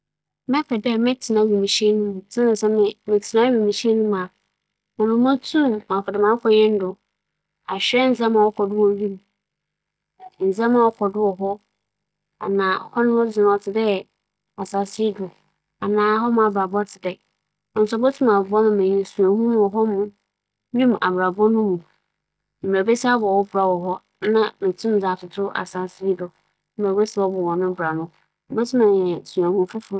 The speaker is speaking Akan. Mebɛpɛ dɛ mebɛtsena aban kɛse mu kyɛn dɛ mebɛtsena hɛn a wͻdze kͻ wimu kͻhwehwɛ abͻdze nkae a ͻwͻ hͻ no. Siantsir nye dɛ, dɛm efir anaa hɛn yi, minnyim no ho akɛdze pii dɛm ntsi sɛ mokͻ a, musuro dɛ bi nkͻhwɛ a nna mannsan m'ekyir ammba anaa asɛm bi to me a menntum ammba na mbom aban kɛse dze asaase yi do ara na ͻwͻ dɛm ntsi biribi to me a, mebenya aboafo ntsɛm.